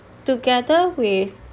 together with